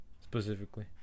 Specifically